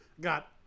got